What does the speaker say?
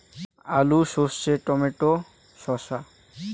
আলু সর্ষে টমেটো শসা